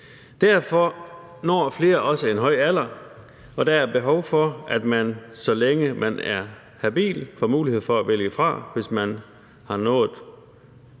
Derfor når flere også en høj alder, og der er behov for, at man, så længe man er habil, får mulighed for at vælge det fra, hvis man har nået